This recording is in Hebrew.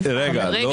פה, מה כל הכבוד?